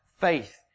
faith